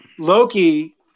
Loki